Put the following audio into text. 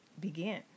begin